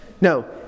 No